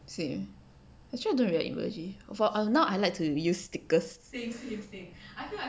same actually I don't really like emoji for now I like to use stickers